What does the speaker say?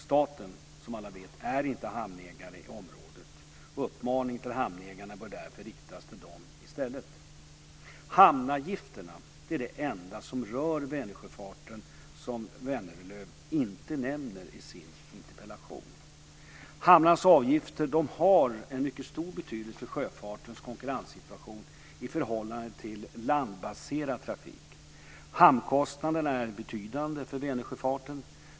Staten är inte, som alla vet, hamnägare i området, och uppmaningen bör därför riktas till hamnägarna i stället. Hamnavgifterna är det enda som rör Vänersjöfarten som Vänerlöv inte nämner i sin interpellation. Hamnarnas avgifter har en mycket stor betydelse för sjöfartens konkurrenssituation i förhållande till landbaserad trafik. Hamnkostnaderna är betydande för Vänersjöfarten.